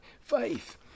Faith